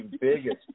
biggest